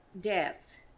deaths